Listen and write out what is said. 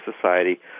Society